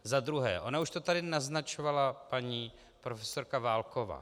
Za druhé, ona už to tady naznačovala paní profesorka Válková.